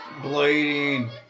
Blading